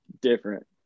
different